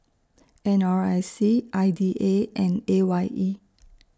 N R I C I D A and A Y E